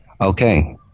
Okay